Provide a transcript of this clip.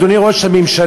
אדוני ראש הממשלה,